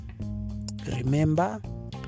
remember